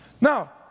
Now